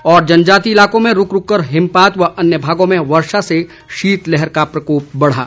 और जनजातीय इलाकों में रूक रूक कर हिमपात व अन्य भागों में वर्षा से शीतलहर का प्रकोप बढ़ा